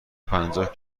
پنجاه